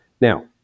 Now